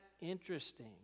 interesting